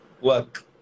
work